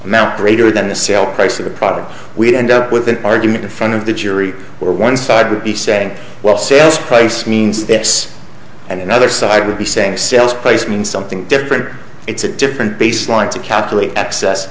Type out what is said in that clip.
amount greater than the sale price of the product we'd end up with an argument in front of the jury where one side would be saying well sales price means this and another side of the same sales place means something different it's a different baseline to calculate access